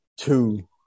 Two